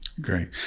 Great